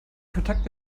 kontakt